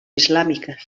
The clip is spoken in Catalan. islàmiques